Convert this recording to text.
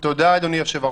תודה, אדוני היושב-ראש,